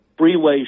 Freeways